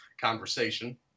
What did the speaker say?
conversation